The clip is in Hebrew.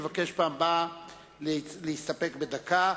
אני מבקש בפעם הבאה להסתפק בדקה.